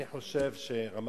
אני חושב שרמת-הגולן